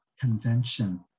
convention